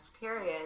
period